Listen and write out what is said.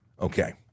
okay